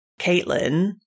Caitlin